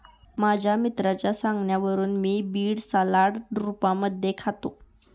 माझ्या मित्राच्या सांगण्यावरून मी बीड सलाड रूपामध्ये खातो